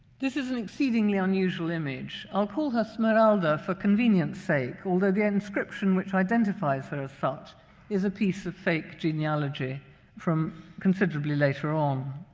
this is an exceedingly unusual image. i'll call her smeralda for convenience sake, although the inscription which identifies her as such is a piece of fake genealogy from considerably later on.